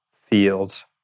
fields